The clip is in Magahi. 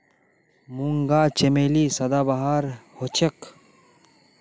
मूंगा चमेली सदाबहार हछेक